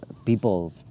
people